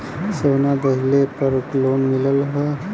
सोना दहिले पर लोन मिलल का?